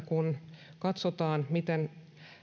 kun katsotaan miten